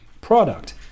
product